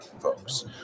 folks